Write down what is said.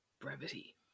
brevity